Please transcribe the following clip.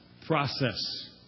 process